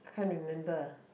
I can't remember